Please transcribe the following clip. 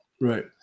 Right